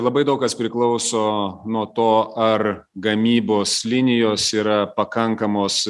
labai daug kas priklauso nuo to ar gamybos linijos yra pakankamos